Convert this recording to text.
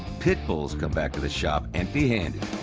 pitbull's come back to the shop empty-handed.